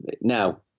now